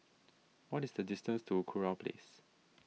what is the distance to Kurau Place